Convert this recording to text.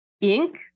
ink